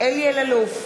אלי אלאלוף,